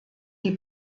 die